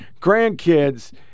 grandkids